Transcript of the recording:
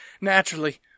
naturally